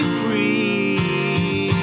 free